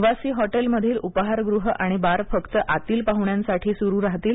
निवासी हॉटेल मधील उपाहारगृह आणि बार फक्त आतील पाहण्यांसाठी सुरू राहतील